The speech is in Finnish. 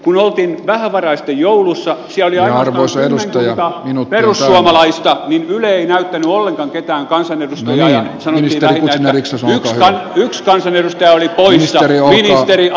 kun oltiin vähävaraisten joulussa siellä oli ainoastaan kymmenkunta perussuomalaista niin yle ei näyttänyt ollenkaan ketään kansanedustajia ja sanottiin vähintään että yksi kansanedustaja oli poissa ministeri arhinmäki